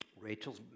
Rachel's